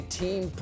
team